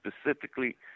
specifically